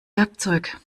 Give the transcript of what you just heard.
werkzeug